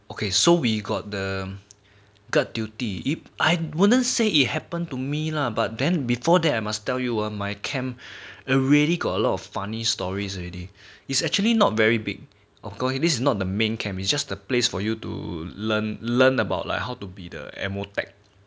okay so we got the guard duty if I wouldn't say it happened to me lah but then before that I must tell you ah my camp already got a lot of funny stories already is actually not very big of course is not the main camp just a place for you to learn learn about like how to be the ammo tech